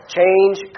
Change